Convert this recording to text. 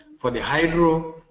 for the hydro,